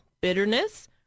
bitterness